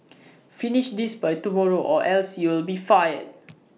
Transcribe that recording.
finish this by tomorrow or else you'll be fired